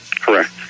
Correct